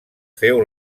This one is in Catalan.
féu